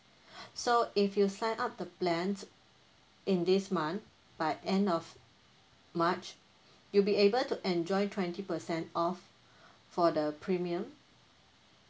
so if you sign up the plan in this month by end of march you'll be able to enjoy twenty percent off for the premium